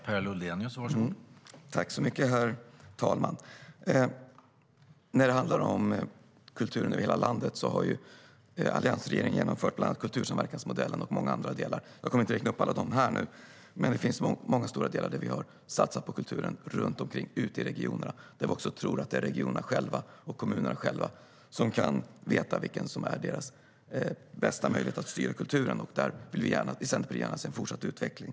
Herr talman! När det handlar om kultur över hela landet genomförde alliansregeringen bland annat kultursamverkansmodellen och många andra delar. Jag ska inte räkna upp dem alla här, men det finns många stora delar där vi har satsat på kulturen i regionerna. Det är också regionerna och kommunerna själva som vet vilken deras bästa möjlighet är att styra kulturen. Där vill vi i Centerpartiet gärna se en fortsatt utveckling.